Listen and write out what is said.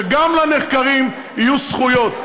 שגם לנחקרים יהיו זכויות.